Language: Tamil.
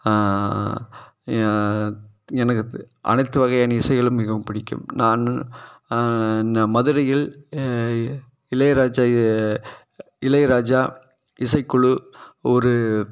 எனக்கு அனைத்து வகையான இசைகளும் மிகவும் பிடிக்கும் நான் நான் மதுரையில் இளையராஜா இ இளையராஜா இசைக்குழு ஒரு